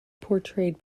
portrayed